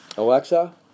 Alexa